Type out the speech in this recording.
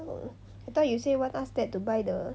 oh I thought you say want ask dad to buy the